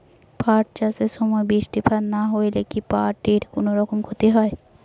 পাট চাষ এর সময় বৃষ্টিপাত না হইলে কি পাট এর কুনোরকম ক্ষতি হয়?